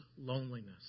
loneliness